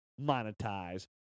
monetize